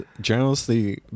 generously